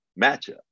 matchup